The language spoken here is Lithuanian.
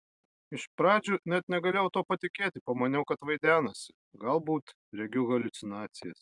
iš pradžių net negalėjau tuo patikėti pamaniau kad vaidenasi galbūt regiu haliucinacijas